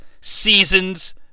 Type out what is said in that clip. season's